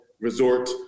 resort